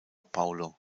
paulo